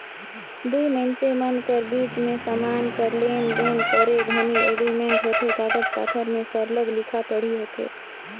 दुई मइनसे मन कर बीच में समान कर लेन देन करे घनी एग्रीमेंट होथे कागज पाथर में सरलग लिखा पढ़ी होथे